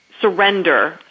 surrender